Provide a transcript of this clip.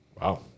Wow